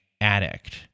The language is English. addict